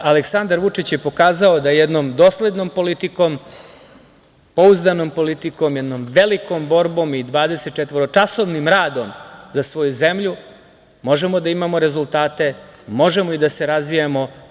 Aleksandar Vučić je pokazao da jednom doslednom politikom, pouzdanom politikom, jednom velikom borbom i dvadesetčetvoročasovnim radom za svoju zemlju, možemo da imamo rezultate, možemo da se razvijamo.